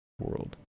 world